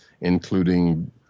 including